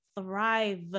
thrive